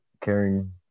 caring